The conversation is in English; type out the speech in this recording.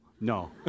no